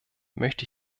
möchte